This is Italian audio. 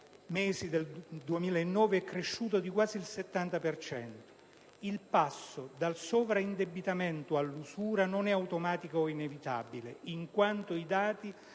mesi del 2009, è cresciuto di quasi il 70 per cento. Il passo dal sovraindebitamento all'usura non è automatico o inevitabile, in quanto i dati